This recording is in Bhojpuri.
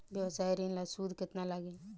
व्यवसाय ऋण ला सूद केतना लागी?